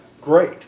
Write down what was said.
great